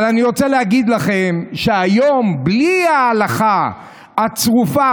אבל אני רוצה להגיד לכם שהיום בלי ההלכה הצרופה,